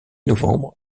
novembre